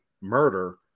murder